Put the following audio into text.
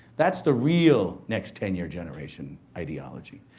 that's the real next ten year generation ideology.